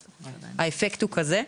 האפקט הוא כזה.